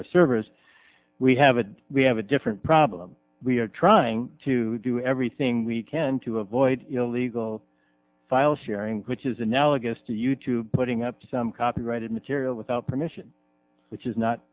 servers we have a we have a different problem we are trying to do everything we can to avoid illegal file sharing which is analogous to you tube putting up some copyrighted material without permission which is not